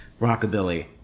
rockabilly